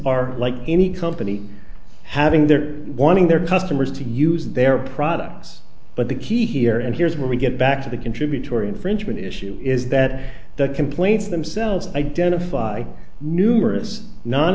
are like any company having their warning their customers to use their products but the key here and here's where we get back to the contributory infringement issue is that the complaints themselves identify numerous non